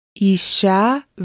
Isha